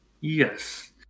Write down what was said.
yes